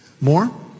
More